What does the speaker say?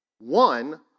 One